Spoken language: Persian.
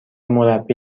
مربی